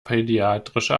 pädiatrische